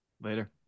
Later